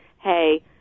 hey